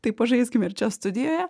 tai pažaiskime ir čia studijoje